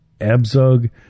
Abzug